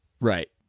Right